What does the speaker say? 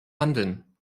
handeln